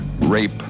rape